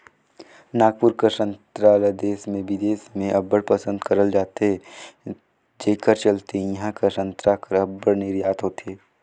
नागपुर कर संतरा ल देस में बिदेस में अब्बड़ पसंद करल जाथे जेकर चलते इहां कर संतरा कर अब्बड़ निरयात होथे